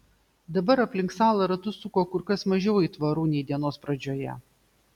dabar aplink salą ratus suko kur kas mažiau aitvarų nei dienos pradžioje